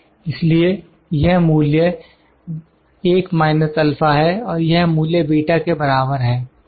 इसलिए यह मूल्य 1−α है और यह मूल्य β के बराबर है